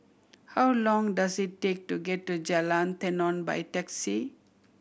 how long does it take to get to Jalan Tenon by taxi